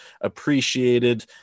appreciated